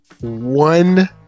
one